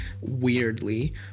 weirdly